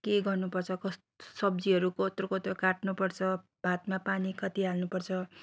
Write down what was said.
के गर्नुपर्छ कस् सब्जीहरू कत्रो कत्रो काट्नुपर्छ भातमा पानी कति हाल्नुपर्छ